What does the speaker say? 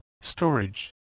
storage